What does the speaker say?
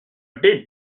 dites